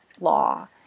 law